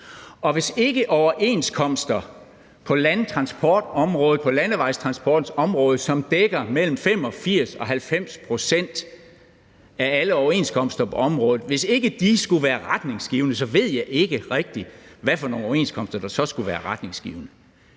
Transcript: og hvis ikke overenskomster på landevejstransportens område, som dækker mellem 85 og 90 pct. af alle overenskomster på området, skulle være retningsgivende, ved jeg ikke rigtig, hvilke overenskomster der så skulle være retningsgivende.